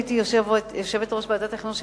כשהייתי יושבת-ראש ועדת החינוך של